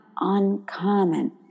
uncommon